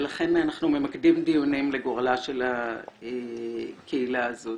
ולכן אנחנו ממקדים דיונים בגורלה של הקהילה הזאת.